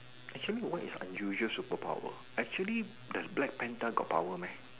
actually what is unusual superpower actually does black panther got power meh